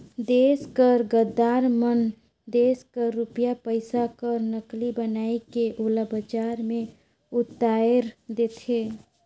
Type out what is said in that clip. देस कर गद्दार मन देस कर रूपिया पइसा कर नकली बनाए के ओला बजार में उताएर देथे